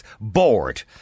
bored